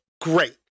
great